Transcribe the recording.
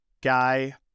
guy